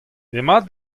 demat